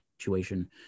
situation